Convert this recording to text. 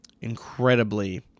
incredibly